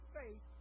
faith